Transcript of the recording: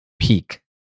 peak